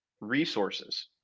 resources